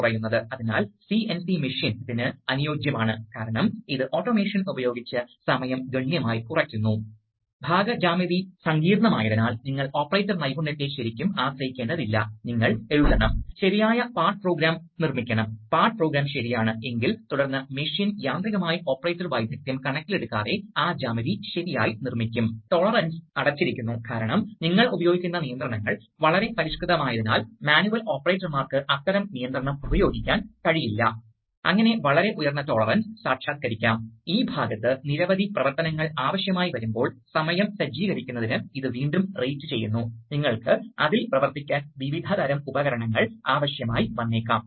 ശരി അതിനാൽ ഇത് സമാന ആശയമാണ് ചിലപ്പോൾ എന്താണ് സംഭവിക്കുന്നതെന്ന് നിങ്ങൾക്കറിയാം ഉദാഹരണത്തിന് നിങ്ങൾക്ക് വിവിധ വലുപ്പത്തിലുള്ള വിവിധതരം വസ്തുക്കളെ മുറുകെപ്പിടിക്കേണ്ട ഉദാഹരണം എടുക്കുക അതിനാൽ ചില വസ്തുക്കൾ വലുതായിരിക്കാം ചില വസ്തുക്കൾ ചെറുതായിരിക്കാം അതിനാൽ നിങ്ങൾക്ക് മുന്നേറിക്കൊണ്ടിരിക്കുന്ന ഒരു ആക്ചൂവേറ്റ്ർ ഉണ്ട് അത് വസ്തുവിനെ കണ്ടുമുട്ടുമ്പോൾ അത് തള്ളിവിടുന്നു അത് ഒരു നിശ്ചിത അളവിലുള്ള ക്ലാമ്പിംഗ് ഫോഴ്സുമായി ബന്ധിപ്പിക്കുന്നതുവരെ നിശ്ചിത അളവിലുള്ള ക്ലാമ്പിംഗ് ഫോഴ്സിന്റെ അളവ് നിർണ്ണയിക്കുന്നു അതിനാൽ വസ്തുക്കളുടെ അളവുകൾ അനുസരിച്ച് സ്ട്രോക്ക് ആവശ്യമാണ് അതിനുശേഷം ആവശ്യമായ ക്ലാമ്പിംഗ് ഫോഴ്സ് ലഭിക്കും അത് വസ്തുവിന്റെ അളവിനെ ആശ്രയിച്ചിരിക്കുന്നു